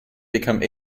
become